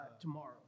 tomorrow